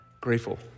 grateful